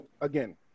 again